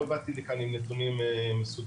לא באתי לכאן עם נתונים מסודרים,